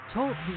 Talk